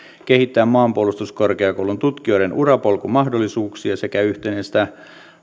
kehittää maanpuolustuskorkeakoulun tutkijoiden urapolkumahdollisuuksia sekä yhtenäistää